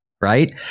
Right